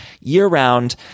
year-round